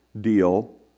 deal